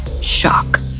shock